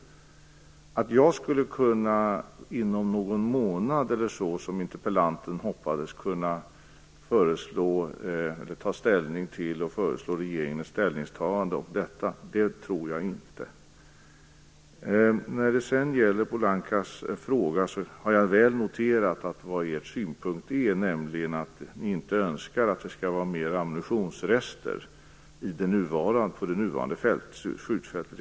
Jag tror inte att det är möjligt att jag inom någon månad eller så, som interpellanten hoppas, skulle kunna ta ställning till och föreslå regeringen ett ställningstagande om detta. När det sedan gäller Pohankas fråga har jag väl noterat vilken synpunkt ni i Miljöpartiet har, nämligen att ni inte önskar att det skall vara mer ammunitionsrester på det nuvarande skjutfältet.